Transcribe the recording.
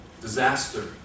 disaster